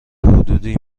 حدودی